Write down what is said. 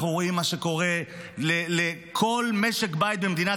אנחנו רואים מה קורה לכל משק בית במדינת